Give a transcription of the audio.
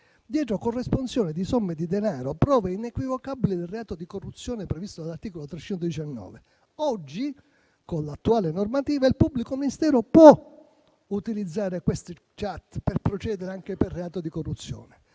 dietro corresponsione di somme di denaro, prove inequivocabili del reato di corruzione previsto dall'articolo 319. Oggi, con l'attuale normativa, il pubblico ministero può utilizzare queste *chat* per procedere anche per reato di corruzione.